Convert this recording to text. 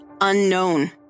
unknown